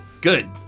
Good